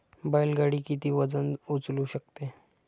बैल गाडी किती वजन उचलू शकते?